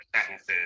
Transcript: sentences